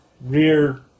rear